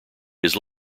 his